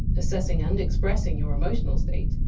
assessing and expressing your emotional state,